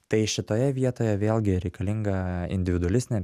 tai šitoje vietoje vėlgi reikalinga individualistinė